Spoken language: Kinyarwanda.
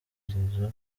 dukingirizo